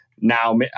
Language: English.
Now